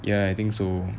ya I think so